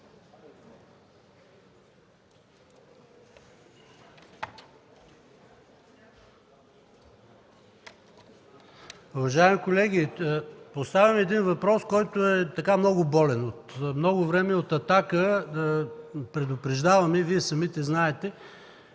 Уважаеми колеги, поставям един въпрос, който е много болен. От много време от „Атака” предупреждаваме, а и Вие самите знаете